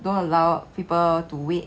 don't allow people to wait